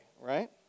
right